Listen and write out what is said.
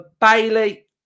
Bailey